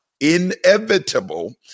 inevitable